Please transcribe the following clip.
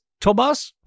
tobas